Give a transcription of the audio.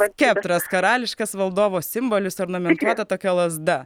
skeptras karališkas valdovo simbolis ornamentuota tokia lazda